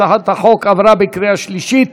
הצעת החוק עברה בקריאה שלישית